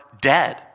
dead